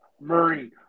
Murray